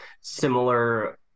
similar